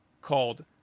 called